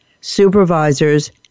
Supervisors